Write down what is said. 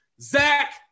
Zach